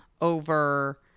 over